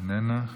איננה,